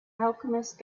alchemist